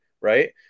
Right